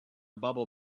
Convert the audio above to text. bubble